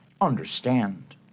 Understand